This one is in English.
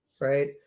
right